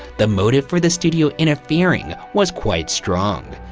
the motive for the studio interfering was quite strong.